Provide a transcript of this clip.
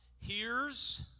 hears